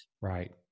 Right